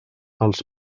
els